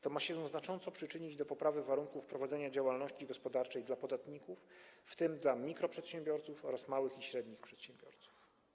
To ma się znacząco przyczynić do poprawy warunków prowadzenia działalności gospodarczej w przypadku podatników, w tym mikroprzedsiębiorców oraz małych i średnich przedsiębiorców.